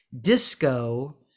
disco